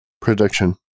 prediction